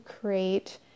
create